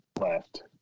left